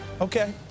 Okay